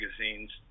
magazines